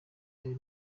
ayo